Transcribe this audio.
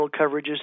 coverages